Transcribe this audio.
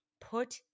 put